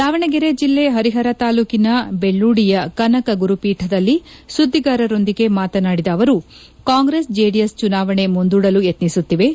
ದಾವಣಗೆರೆ ಜಿಲ್ಲೆ ಹರಿಹರ ತಾಲೂಕಿನ ಬೆಳ್ಳೂಡಿಯ ಕನಕ ಗುರುಪೀಠದಲ್ಲಿ ಸುದ್ದಿಗಾರರೊಂದಿಗೆ ಮಾತನಾಡಿದ ಅವರು ಕಾಂಗ್ರೆಸ್ ಜೆಡಿಎಸ್ ಚುನಾವಣೆ ಮುಂದೂಡಲು ಯತ್ತಿಸುತ್ತಿವೆ